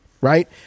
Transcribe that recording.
Right